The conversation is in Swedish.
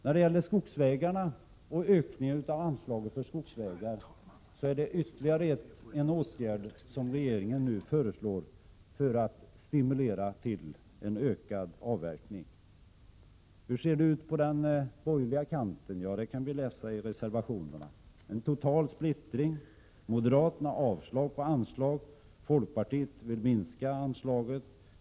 När det gäller ökningen av anslaget till skogsbilvägar föreslår regeringen nu ytterligare en åtgärd för att stimulera en ökad avverkning. Hur ser det ut på den borgerliga kanten? Det kan vi läsa i reservationerna. Där råder en total splittring. Moderaterna yrkar avslag på anslaget, folkpartiet vill minska det.